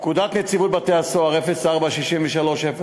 פקודת נציבות בתי-הסוהר 04.63.00,